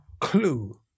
clue